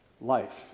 life